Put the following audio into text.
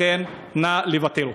לכן, נא לבטל אותם.